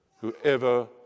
whoever